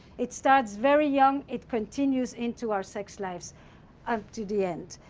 it starts very young. it continues into our sex lives up to the end.